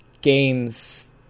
games